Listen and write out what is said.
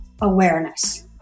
awareness